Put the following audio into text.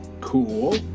Cool